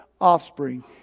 offspring